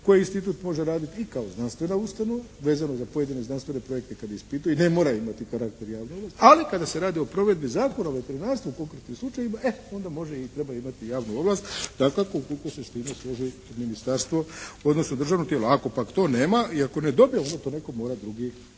koje Institut može raditi i kao znanstvena ustanova, vezano za pojedine zdravstvene projekte kad ispituje i ne moraju imati karakter javne ovlasti. Ali kada se radi o provedbi Zakona o veterinarstvu u konkretnim slučajevima e onda može i treba imati javnu ovlast, dakako ukoliko se s time složi ministarstvo, odnosno državno tijelo. Ako pak to nema, i ako ne dobije onda to netko mora drugi